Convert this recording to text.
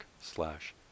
slash